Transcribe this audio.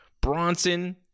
bronson